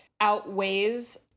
outweighs